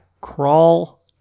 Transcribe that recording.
crawl